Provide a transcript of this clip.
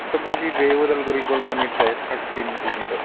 खोब बेसि बे अदालगुरि गलमानिफ्राय थार्टिन किल'मिटार